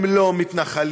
הם לא מתנחלים.